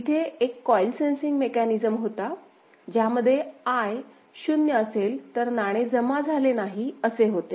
तिथे एक coil sensing mechanism होता ज्यामध्ये I शून्य असेल तर नाणे जमा झाले नाही असे होते